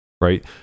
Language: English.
right